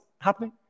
happening